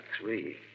three